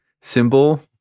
symbol